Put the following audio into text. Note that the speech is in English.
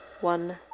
one